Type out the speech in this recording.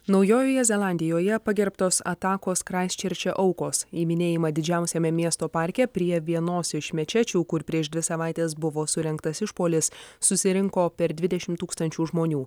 naujojoje zelandijoje pagerbtos atakos kraisčėrče aukos į minėjimą didžiausiame miesto parke prie vienos iš mečečių kur prieš dvi savaites buvo surengtas išpuolis susirinko per dvidešim tūkstančių žmonių